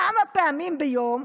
כמה פעמים ביום,